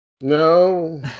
No